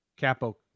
Capo